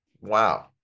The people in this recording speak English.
Wow